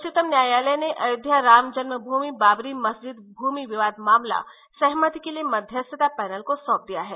उच्चतम न्यायालय ने अयोध्या राम जन्मूमि बाबरी मस्जिद भूमि विवाद मामला सहमति के लिए मध्यस्थता पैनल को सौंप दिया है